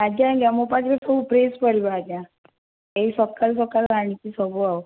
ଆଜ୍ଞା ଆଜ୍ଞା ମୋ ପାଖେ ସବୁ ଫ୍ରେଶ୍ ପରିବା ଆଜ୍ଞା ଏଇ ସକାଳୁ ସକାଳୁ ଆଣିଛି ସବୁ ଆଉ